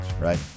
right